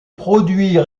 produit